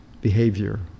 behavior